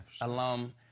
alum